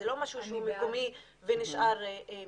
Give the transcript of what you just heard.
זה לא משהו שהוא מקומי ונשאר מקומי.